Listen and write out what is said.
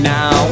Now